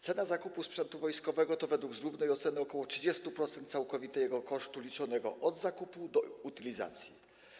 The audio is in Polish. Cena zakupu sprzętu wojskowego to - według zgrubnej oceny - ok. 30% całkowitego kosztu liczonego od czasu zakupu do czasu utylizacji.